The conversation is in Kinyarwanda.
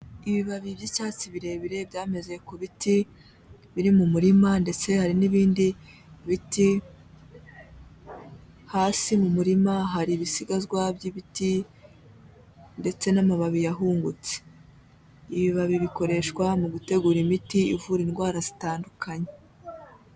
Ibibabi by'icyatsi birebire byameze ku biti biri mu murima ndetse hari n'ibindi biti, hasi mu murima hari ibisigazwa by'ibiti ndetse n'amababi yahungutse, ibibabi bikoreshwa mu gutegura imiti ivura indwara zitandukanye.